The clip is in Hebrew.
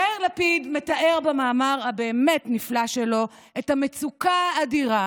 יאיר לפיד מתאר במאמר הבאמת-נפלא שלו את המצוקה האדירה